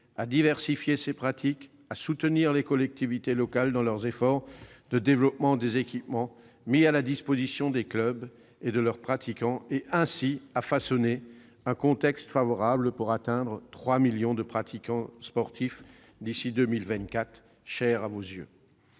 à diversifier ses pratiques, à soutenir les collectivités locales dans leur effort de développement des équipements mis à la disposition des clubs et de leurs pratiquants et, ainsi, à façonner un contexte favorable pour atteindre l'objectif des 3 millions de pratiquants sportifs d'ici à 2024, si cher vos yeux.